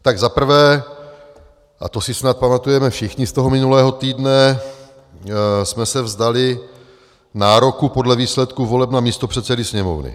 Tak za prvé, a to si snad pamatujeme všichni z toho minulého týdne, jsme se vzdali nároku podle výsledku voleb na místopředsedy Sněmovny.